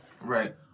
Right